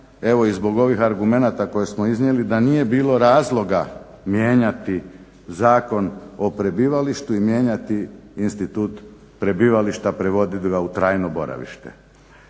evo i zbog ovih argumenata koje smo iznijeli da nije bilo razloga mijenjati Zakon o prebivalištu i mijenjati institut prebivališta, prevodit ga u trajno boravište